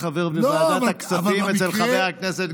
כחבר בוועדת הכספים אצל חבר הכנסת גפני?